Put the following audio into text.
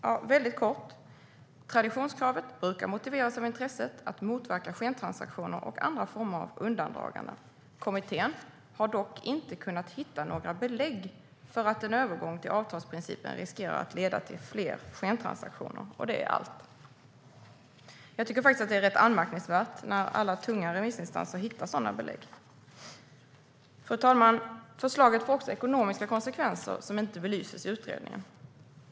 Det står helt kort att traditionskravet brukar motiveras av intresset att motverka skentransaktioner och andra former av undandragande. Kommittén har dock inte kunnat hitta några belägg för att en övergång till avtalsprincipen riskerar att leda till fler skentransaktioner. Det är allt. Jag tycker att det är rätt anmärkningsvärt när alla tunga remissinstanser hittar sådana belägg. Fru talman! Förslaget får också ekonomiska konsekvenser som inte belyses i utredningen.